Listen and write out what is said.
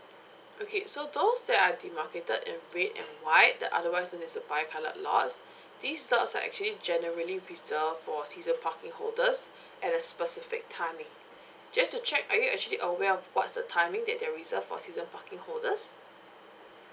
okay so those that are demarcated in red and white that otherwise know as the bi coloured lots these lots are actually generally reserved for season parking holders at a specific timing just to check are you actually aware of what's the timing that they're reserved for season parking holders